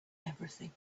everything